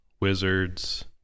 Wizards